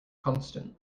constant